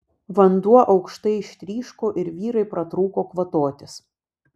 vanduo aukštai ištryško ir vyrai pratrūko kvatotis